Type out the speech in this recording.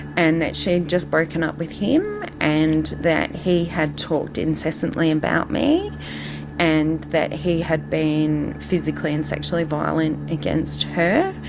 and that she'd just broken up with him and that he had talked incessantly about me and that he had been physically and sexually violent against her.